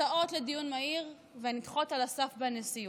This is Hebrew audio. הצעות לדיון מהיר, והן נדחות על הסף בנשיאות.